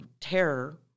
terror